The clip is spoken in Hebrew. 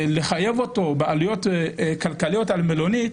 לחייב אותו בעלויות כלכליות על מלונית